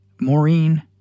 Maureen